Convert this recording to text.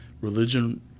religion